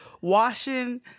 washing